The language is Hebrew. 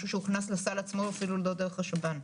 משהו שהוכנס לסל עצמו אפילו לא דרך השב"ן,